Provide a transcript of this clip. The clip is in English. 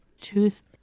tooth